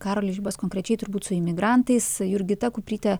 karolis žibas konkrečiai turbūt su imigrantais jurgita kuprytė